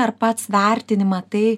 ar pats vertini matai